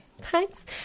Thanks